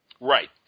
Right